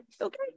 okay